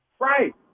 right